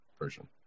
version